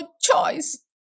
choice